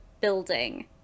building